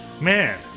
Man